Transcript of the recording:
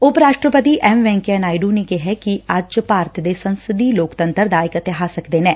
ਉਪ ਰਾਸ਼ਟਰਪਤੀ ਐਮ ਵੈਕਈਆ ਨਾਇਡੂ ਨੇ ਕਿਹੈ ਕਿ ਅੱਜ ਭਾਰਤ ਦੇ ਸੰਸਦੀ ਲੋਕਤੰਤਰ ਦਾ ਇਤਿਹਾਸਕ ਦਿਨ ਐ